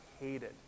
hated